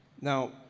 Now